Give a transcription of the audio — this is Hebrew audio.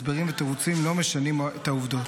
הסברים ותירוצים לא משנים את העובדות.